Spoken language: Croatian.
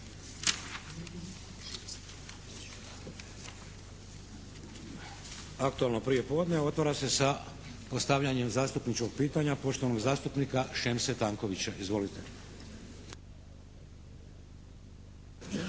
Aktualno prijepodne otvara se sa postavljanjem zastupničkog pitanja poštovanog zastupnika Šemse Tankovića. Izvolite.